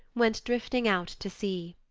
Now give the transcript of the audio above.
went drifting out to sea.